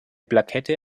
plakette